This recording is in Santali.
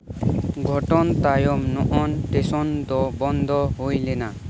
ᱜᱷᱚᱴᱚᱱ ᱛᱟᱭᱚᱢ ᱱᱚᱜᱚᱱ ᱴᱮᱥᱚᱱ ᱫᱚ ᱵᱚᱱᱫᱚ ᱦᱩᱭ ᱞᱮᱱᱟ